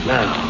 Now